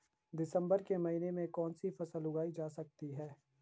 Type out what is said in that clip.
दिसम्बर के महीने में कौन सी फसल उगाई जा सकती है?